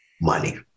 money